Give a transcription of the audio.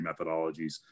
methodologies